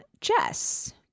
Jess